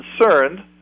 concerned